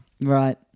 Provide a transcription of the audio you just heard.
Right